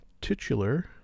titular